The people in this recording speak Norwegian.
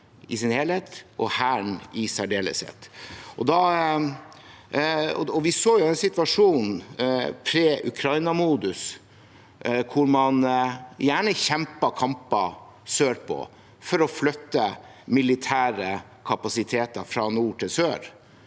tidligere, i pre-Ukraina-modus, der man gjerne kjempet kamper sørpå for å flytte militære kapasiteter fra nord til sør.